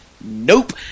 Nope